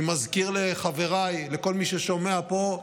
אני מזכיר לחבריי, לכל מי ששומע פה,